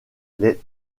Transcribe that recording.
les